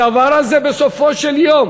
הדבר הזה בסופו של יום